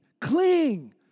cling